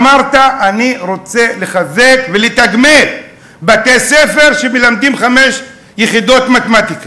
אמרת: אני רוצה לחזק ולתגמל בתי-ספר שמלמדים חמש יחידות מתמטיקה.